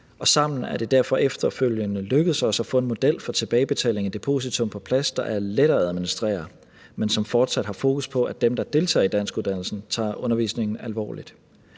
sammen er det derfor efterfølgende lykkedes os at få en model for tilbagebetaling af depositum på plads, der er let at administrere, men som fortsat har fokus på, at dem, der deltager i danskuddannelse, tager undervisningen alvorligt.